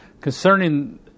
Concerning